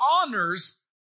honors